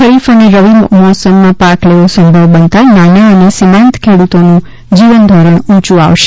ખરીફ અને રવિ મોસમમાં પાક લેવો સંભવ બનતા નાના અને સિમાંત ખેડૂતોનું જીવનધોરણ ઊચું આવશે